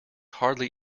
hardly